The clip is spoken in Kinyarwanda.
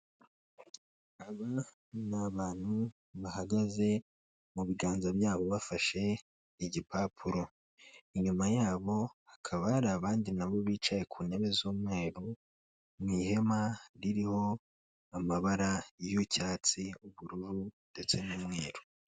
Urabona ni abantu bahagaze mu biganza byabo bafashe igipapuro, inyuma yabo hakaba hari abandi nabo bicaye ku ntebe z'umweru mu ihema ririho amabara y'icyatsi, ubururu ndetse n'umweru.